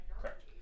Correct